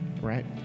right